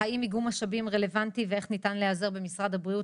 האם איגום משאבים רלוונטי ואיך ניתן להיעזר בעניין הזה במשרד הבריאות,